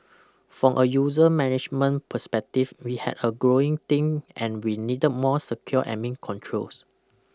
from a user management perspective we had a growing team and we needed more secure Admin Controls